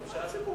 אפשר?